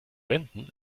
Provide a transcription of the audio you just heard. wenden